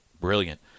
brilliant